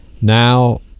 Now